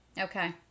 Okay